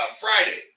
Friday